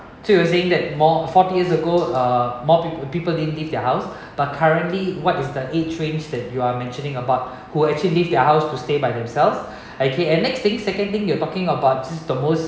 two you were saying more forty years ago uh more people people didn't leave their house but currently what is the age range that you are mentioning about who actually leave their house to stay by themselves okay and next thing second thing you're talking about the most